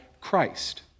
Christ